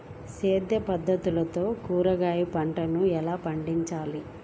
సేంద్రియ పద్ధతుల్లో కూరగాయ పంటలను ఎలా పండించాలి?